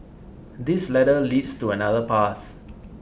this ladder leads to another path